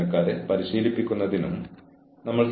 suspension ഇല്ല